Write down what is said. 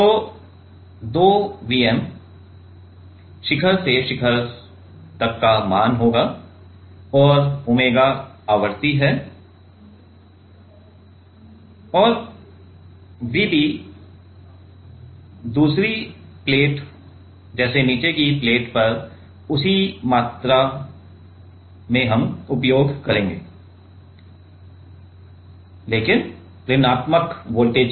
तो 2 Vm शिखर से शिखर मूल्य होगा और ओमेगा आवृत्ति है और Vb दूसरे पर जैसे नीचे की प्लेट पर हम उसी मात्रा का उपयोग करेंगे नीचे की प्लेट में हम समान मात्रा का उपयोग करेंगे लेकिन ऋणात्मक वोल्टेज